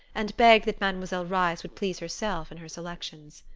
and begged that mademoiselle reisz would please herself in her selections.